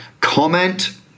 comment